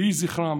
יהי זכרם